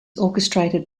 orchestrated